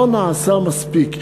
לא נעשה מספיק,